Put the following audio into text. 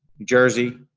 jersey,